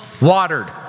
watered